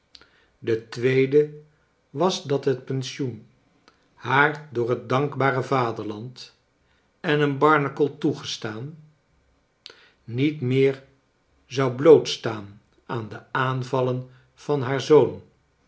de tweede was dat het pensioen haar door het dankbare vaderland en een barnacle toegestaan niet meer zou blootstaan aan de aanvallen van haar zoon